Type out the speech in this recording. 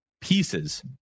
pieces